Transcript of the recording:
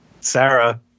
Sarah